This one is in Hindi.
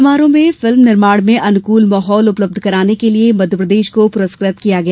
समारोह में फिल्म निर्माण में अनुकल माहौल उपलब्ध कराने के लिए मध्यप्रदेश को पुरस्कृत किया गया